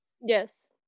Yes